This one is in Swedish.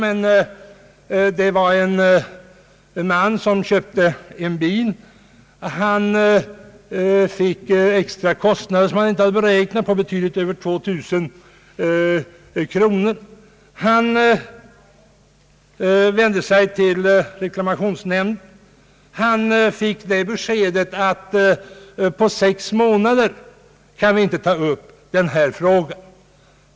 Det skildrar en man som köpte en bil och fick extra kostnader, som han inte hade beräknat, på betydligt över 2000 kronor. Han vände sig till reklamationsnämnden och fick beskedet att man inte kunde ta upp frågan på sex månader.